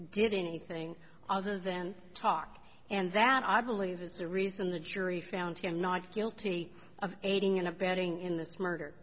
did anything other than talk and that i believe was the reason the jury found him not guilty of aiding and abetting in this murder